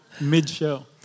mid-show